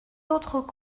autres